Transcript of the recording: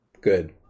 Good